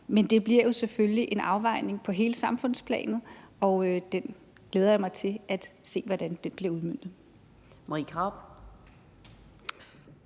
Men det bliver jo selvfølgelig en afvejning på hele det samfundsmæssige plan, og den glæder jeg mig til at se hvordan bliver udmøntet.